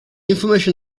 information